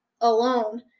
alone